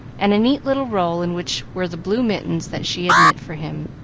and a neat little roll in which were the blue mittens that she had knit for him.